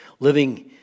living